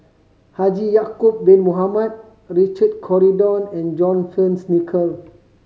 Haji Ya'acob Bin Mohamed Richard Corridon and John Fearns Nicoll